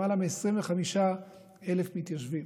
למעלה מ-25,000 מתיישבים.